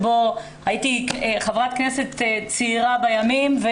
אז הייתי חברת כנסת צעירה בימים.